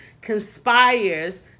conspires